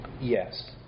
yes